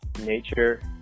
nature